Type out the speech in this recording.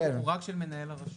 רק של מנהל הרשות.